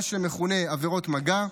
מה שמכונה עבירות מגע,